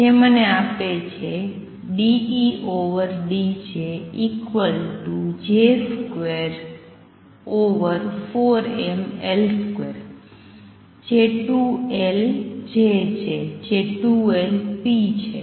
જે મને આપે છે ∂E∂JJ24mL2 જે 2LJ છે જે 2Lp છે